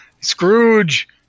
Scrooge